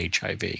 HIV